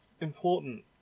important